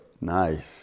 Nice